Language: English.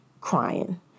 Crying